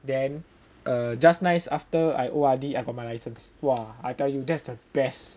then err just nice after I O_R_D I got my license !wah! I tell you that's the best